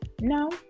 no